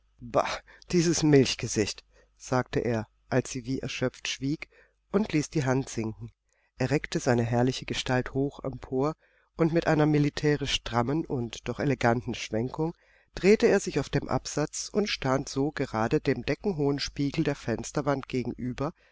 dieses milchgesicht sagte er als sie wie erschöpft schwieg und ließ die hand sinken er reckte seine herrliche gestalt hoch empor und mit einer militärisch strammen und doch eleganten schwenkung drehte er sich auf dem absatz und stand so gerade dem deckenhohen spiegel der fensterwand gegenüber